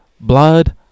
blood